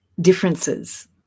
differences